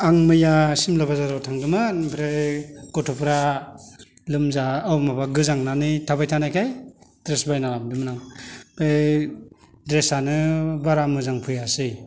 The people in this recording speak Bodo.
आं मैया सिमला बाजाराव थांदोंमोन ओमफ्राय गथ'फ्रा लोमजा अह माबा गोजांनानै थाबाय थानायखाय द्रेस बायना लाबोदोंमोन आं ओमफ्राय द्रेसानो बारा मोजां फैयासै